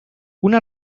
una